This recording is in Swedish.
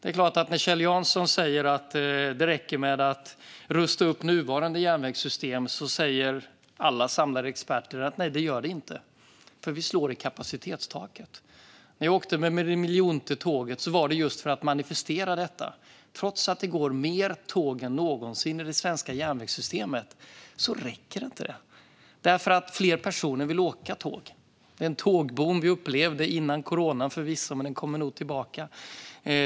När Kjell Jansson säger att det räcker att rusta upp nuvarande järnvägssystem säger alla experter att det gör det inte, för vi slår i kapacitetstaket. När jag åkte med det miljonte tåget var det just för att manifestera detta. Trots att det går fler tåg än någonsin i det svenska järnvägssystemet räcker det inte, därför att fler personer vill åka tåg. Det var en tågboom vi upplevde före coronan förvisso, men den kommer nog tillbaka.